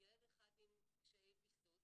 ילד אחד עם קשיי ויסות.